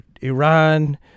Iran